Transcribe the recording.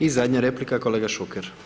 I zadnja replika, kolega Šuker.